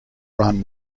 run